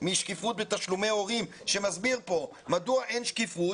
משקיפות בתשלומי הורים שמסביר כאן מדוע אין שקיפות.